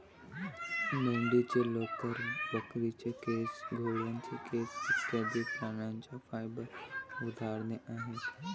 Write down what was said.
मेंढीचे लोकर, बकरीचे केस, घोड्याचे केस इत्यादि प्राण्यांच्या फाइबर उदाहरणे आहेत